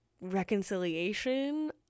reconciliation